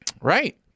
right